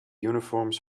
uniforms